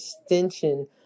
extension